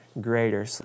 greater